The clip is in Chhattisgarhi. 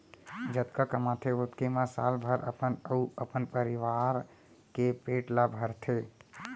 जतका कमाथे ओतके म साल भर अपन अउ अपन परवार के पेट ल भरथे